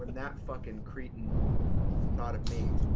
and that fucking cretin thought of me.